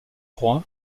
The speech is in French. croix